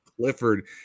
Clifford